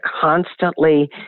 constantly